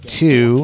two